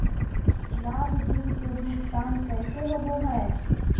लाभ बिल के भुगतान कैसे होबो हैं?